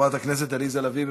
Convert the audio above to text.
חברת הכנסת עליזה לביא,